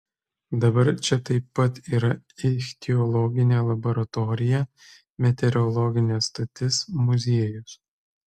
dabar čia taip pat yra ichtiologinė laboratorija meteorologinė stotis muziejus